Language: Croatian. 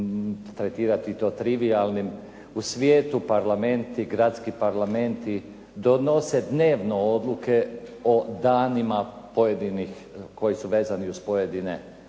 tretirati to trivijalnim u svijetu parlamenti, gradski parlamenti donose dnevno odluke o danima pojedinih koji su vezani uz pojedine